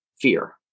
fear